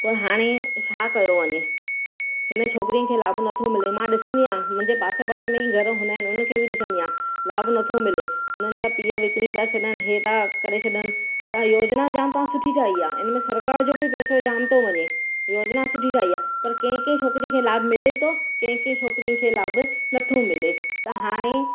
पर हाणे छा कयो वञे हिन छोकिरियुनि खे लाभ नथो मिले मां ॾिसंदी आहियां मुंहिंजे पासे पासे में ई घर हूंदा आहिनि हुनखे बि ॾिसंदी आहियां लाभ नथो मिले उन्हनि जा पीउ विकिणी था छॾनि हीअ था करे छॾनि तव्हां योजना जाम तव्हां सुठी ठाही आहे हुनमें सरकार जो बि पैसो जाम थो वञे योजना सुठी ठाही आहे पर कंहिं कंहिं छोकिरियुनि खे लाभ मिले थो कंहिं कंहिं छोकिरियुनि खे लाभ नथो मिले त हाणे